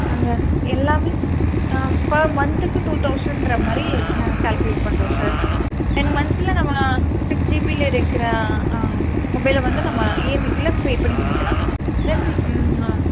நாங்கள் எல்லாமே ah per மந்த்துக்கு டூ தௌசண்ட்ங்ற மாதிரி நாங்கள் கால்குலேட் பண்ணுறோம் சார் டென் மந்த்தில் நம்ம சிக்ஸ் ஜிபி இருக்கிற ஆ மொபைலை வந்து நம்ம இஎம்ஐயில் பே பண்ணி முடிக்கலாம் தென் ம் ஆ